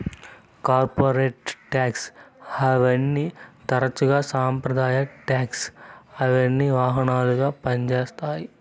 corporate tax హావెన్ని తరచుగా సంప్రదాయ టాక్స్ హావెన్కి వాహనాలుగా పంజేత్తాయి